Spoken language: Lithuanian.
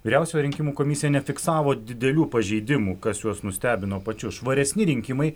vyriausioji rinkimų komisija nefiksavo didelių pažeidimų kas juos nustebino pačius švaresni rinkimai